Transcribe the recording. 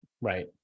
Right